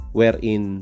wherein